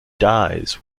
dies